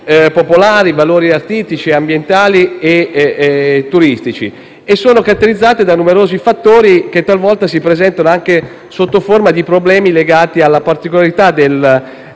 popolari e valori artistici, ambientali e turistici e sono caratterizzate da numerosi fattori che talvolta si presentano anche sotto forma di problemi legati alla particolarità del